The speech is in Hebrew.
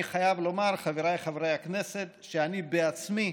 אני חייב לומר, חבריי חברי הכנסת, שאני בעצמי,